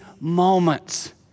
moments